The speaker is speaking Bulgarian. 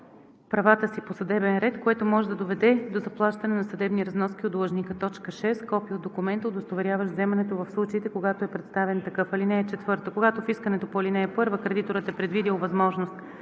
правата си по съдебен ред, което може да доведе до заплащане на съдебни разноски от длъжника; 6. копие от документа, удостоверяващ вземането, в случаите, когато е представен такъв. (4) Когато в искането по ал. 2 кредиторът е предвидил възможност